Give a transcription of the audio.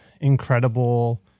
incredible